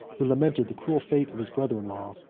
who lamented the cruel fate of his brother-in-law,